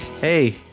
Hey